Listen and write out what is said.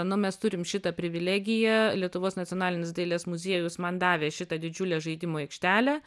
nu mes turim šitą privilegiją lietuvos nacionalinis dailės muziejus man davė šitą didžiulę žaidimų aikštelę